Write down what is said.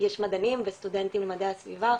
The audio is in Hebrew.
יש מדענים וסטודנטים למדעי הסביבה,